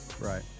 Right